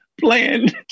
playing